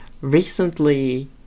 Recently